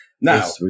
Now